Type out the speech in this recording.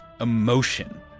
emotion